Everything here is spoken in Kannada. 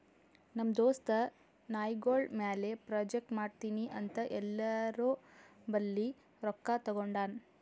ನಮ್ ದೋಸ್ತ ನಾಯ್ಗೊಳ್ ಮ್ಯಾಲ ಪ್ರಾಜೆಕ್ಟ್ ಮಾಡ್ತೀನಿ ಅಂತ್ ಎಲ್ಲೋರ್ ಬಲ್ಲಿ ರೊಕ್ಕಾ ತಗೊಂಡಾನ್